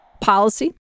policy